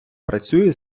працює